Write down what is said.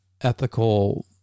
ethical